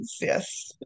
yes